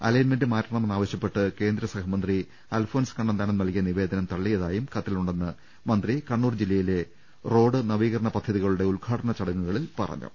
alignment മാറ്റണമെന്നാവശ്യപ്പെട്ട് കേന്ദ്ര സഹമന്ത്രി അൽഫോൻസ് കണ്ണന്താനം നൽകിയ നിവേദനം തള്ളി യതായും കത്തിലുണ്ടെന്ന് മന്ത്രി കണ്ണൂർ ജില്ലയിലെ റോഡ് നവീക രണ പദ്ധതിയുടെ ഉദ്ഘാടന ചടങ്ങുകളിൽ പറഞ്ഞു